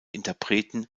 interpreten